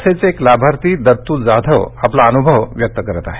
असेच एक लाभार्थी दत्त जाधव आपला अनुभव व्यक्त करत आहेत